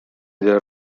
del